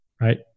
right